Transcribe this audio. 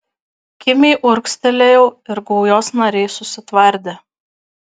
kimiai urgztelėjau ir gaujos nariai susitvardė